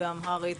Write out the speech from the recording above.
באמהרית,